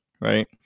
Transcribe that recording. Right